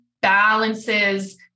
balances